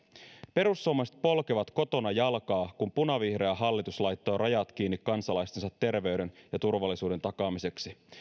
perussuomalaiset polkevat kotona jalkaa kun punavihreä hallitus laittoi rajat kiinni kansalaistensa terveyden ja turvallisuuden takaamiseksi